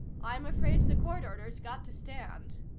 i'm afraid the court order's got to stand,